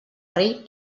rei